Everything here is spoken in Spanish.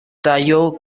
tallo